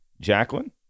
Jacqueline